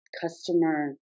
customer